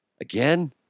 Again